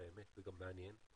האמת זה גם מעניין,